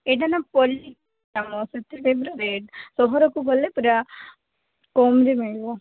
ଏଇଟା ନା ପଲି ଗ୍ରାମ ସେଥିପାଇଁ ତ ରେଟ୍ ସହରକୁ ଗଲେ ପୂରା କମ୍ରେ ମିଳିବ